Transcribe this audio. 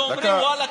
אנחנו אומרים: ואללה,